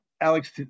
Alex